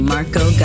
Marco